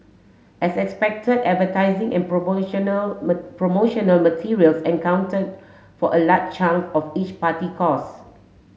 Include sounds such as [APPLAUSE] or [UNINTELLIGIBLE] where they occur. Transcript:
as expected advertising and promotional [UNINTELLIGIBLE] promotional materials accounted for a large chunk of each party costs